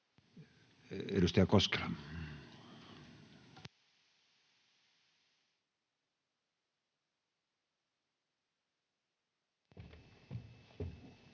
Edustaja Koskela.